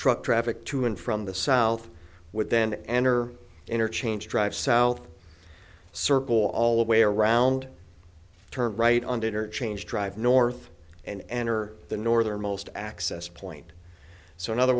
truck traffic to and from the south would then enter interchange drive south circle all the way around turn right on the inner change drive north and enter the northernmost access point so in other